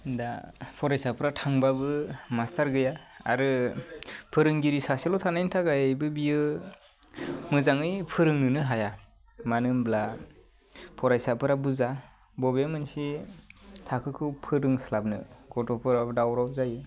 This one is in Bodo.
दा फरायसाफ्रा थांबाबो मास्टार गैया आरो फोरोंगिरि सासेल' थानायनि थाखायबो बियो मोजाङै फोरोंनोनो हाया मानो होनब्ला फरायसाफ्रा बुरजा बबे मोनसे थाखोखौ फोरोंस्लाबनो गथ'फोराबो दावराव जायो